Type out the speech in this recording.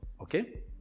Okay